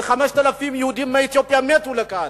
ו-5,000 יהודים מתו בדרך לכאן,